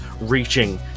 reaching